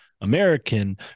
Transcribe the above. American